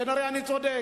כנראה אני צודק.